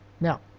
Now